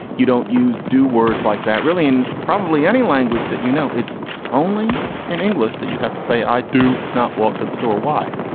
you don't use du words like that really in probably any language that you know, it's only in english that you have to say i do not walk to the store. why?